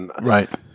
Right